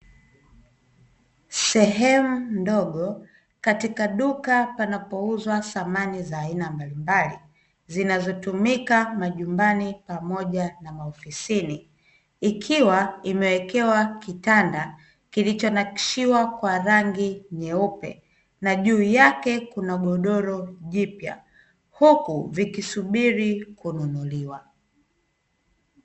Sehemu ndogo, katika duka panapouzwa samani za aina mbalimbali, zinazotumika majumbani pamoja na maofisini, ikiwa imewekewa Kitanda kilichonakshiwa kwa rangi nyeupe na juu yake kuna godoro jipya, huku vikisubiri kununuliwa.